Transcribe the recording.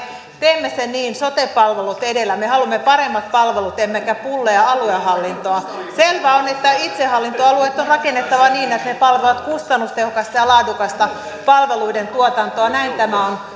teemme sen sote palvelut edellä me haluamme paremmat palvelut emmekä pulleaa aluehallintoa selvä on että itsehallintoalueet on rakennettava niin että ne palvelevat kustannustehokasta ja laadukasta palveluiden tuotantoa näin tämä on